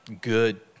good